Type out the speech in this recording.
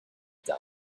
die